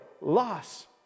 loss